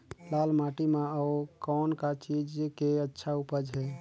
लाल माटी म अउ कौन का चीज के अच्छा उपज है?